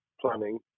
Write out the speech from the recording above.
planning